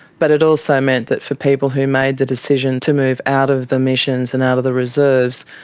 but it also meant that for people who made the decision to move out of the missions and out of the reserves,